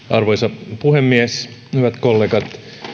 arvoisa puhemies hyvät kollegat